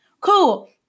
cool